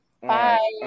Bye